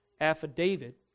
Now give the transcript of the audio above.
affidavit